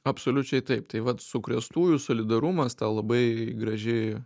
absoliučiai taip tai vat sukrėstųjų solidarumas ta labai graži